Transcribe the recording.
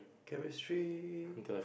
chemistry